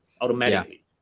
automatically